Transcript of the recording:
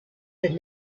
that